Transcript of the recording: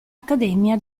accademia